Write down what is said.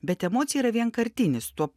bet emocija yra vienkartinis tuo